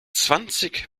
zwanzig